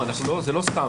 לא, זה לא סתם.